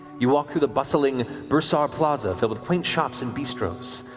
you walk through the bustling bursar plaza filled with quaint shops and bistros,